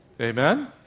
Amen